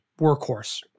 workhorse